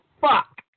fuck